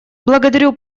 благодарю